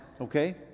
okay